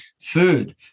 food